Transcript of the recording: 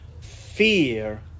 fear